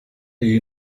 the